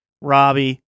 Robbie